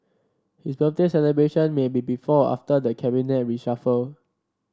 his birthday celebration may be before after the Cabinet reshuffle